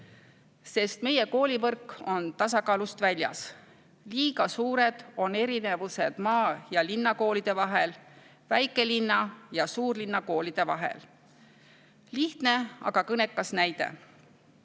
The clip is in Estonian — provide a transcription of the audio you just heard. Sest meie koolivõrk on tasakaalust väljas. Liiga suured on erinevused maa- ja linnakoolide vahel, väikelinna- ja suurlinnakoolide vahel. Lihtne, aga kõnekas näide: